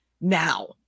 now